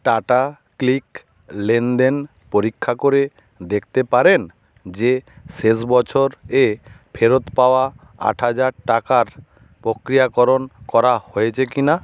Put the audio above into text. tata click লেনদেন পরীক্ষা করে দেখতে পারেন যে শেষ বছরে ফেরত পাওয়া আট হাজার টাকার প্রক্রিয়াকরণ করা হয়েছে কি না